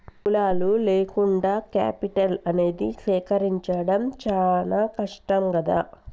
మూలాలు లేకుండా కేపిటల్ అనేది సేకరించడం చానా కష్టం గదా